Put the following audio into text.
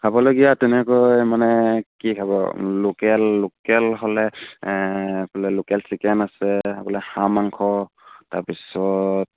খাবলগীয়া তেনেকৈ মানে কি খাব লোকেল লোকেল হ'লে বোলে লোকেল চিকেন আছে বোলে হাঁহ মাংস তাৰপিছত